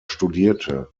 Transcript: studierte